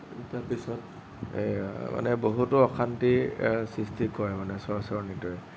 তাৰপিছত মানে বহুতৰ অশান্তি সৃষ্টি কৰে মানে চৰচৰনিটোৱে